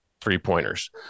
three-pointers